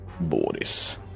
Boris